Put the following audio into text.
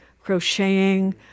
crocheting